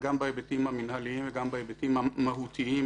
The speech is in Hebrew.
גם בהיבטים המנהליים וגם בהיבטים המהותיים,